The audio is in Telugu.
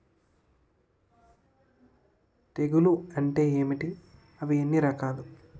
తెగులు అంటే ఏంటి అవి ఎన్ని రకాలు?